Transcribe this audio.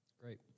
Great